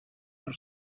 per